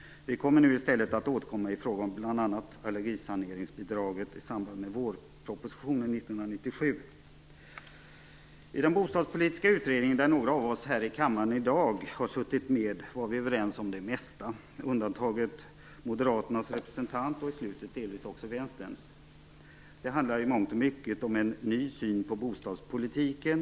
I stället återkommer vi i samband med vårpropositionen 1997 i fråga om bl.a. I den bostadspolitiska utredningen - några av oss som nu finns i denna kammare har suttit med där - var vi överens om det mesta, med undantag av Moderaternas representant och i slutet delvis också av Vänsterns. I mångt och mycket handlar det om en ny syn på bostadspolitiken.